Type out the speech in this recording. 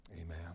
Amen